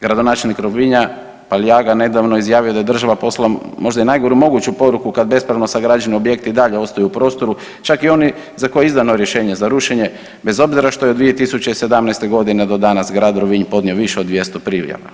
Gradonačelnik Rovinja Paliaga, nedavno je izjavio da je država poslala možda i najgoru moguću poruku kad bespravno sagrađeni objekti i dalje ostaju u prostoru, čak i oni za koje je izdano rješenje za rušenje, bez obzira što je od 2017. g. do danas grad Rovinj podnio više od 200 prijava.